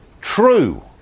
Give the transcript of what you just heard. true